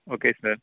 okay sir